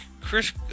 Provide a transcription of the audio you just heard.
Chris